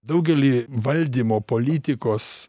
daugelį valdymo politikos